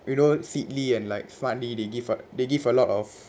you know seedly and like fundly they give [what] they give a lot of